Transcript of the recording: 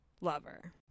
lover